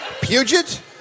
Puget